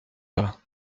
pas